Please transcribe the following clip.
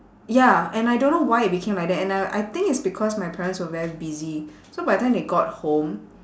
ya and I don't know why it became like that and uh I think it's because my parents were very busy so by the time they got home